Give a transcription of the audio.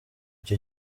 icyo